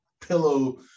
pillow